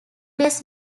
days